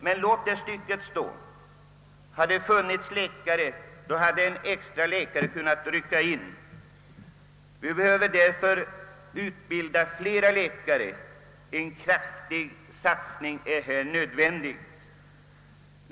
Det må vara riktigt, men hade det funnits tillräckligt med läkare, hade en vikarie kunnat rycka in. Vi behöver sålunda utbilda fler läkare, och en kraftig satsning är nödvändig även på detta område.